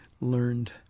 learned